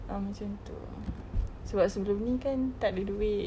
um macam itu ah sebab sebelum ini kan tak ada duit